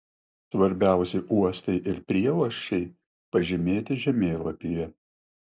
svarbiausi uostai ir prieuosčiai pažymėti žemėlapyje